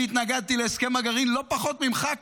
אני התנגדתי להסכם הגרעין לא פחות ממך,